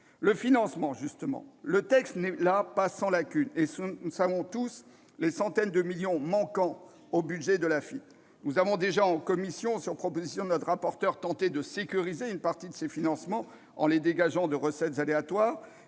le financement, justement, le texte n'est pas sans lacunes, et nous savons tous les centaines de millions d'euros qui manquent au budget de l'Afitf. Nous avons déjà, en commission, sur proposition de notre rapporteur, tenté de sécuriser une partie de ces financements en les dégageant de recettes aléatoires,